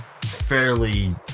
fairly